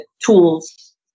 tools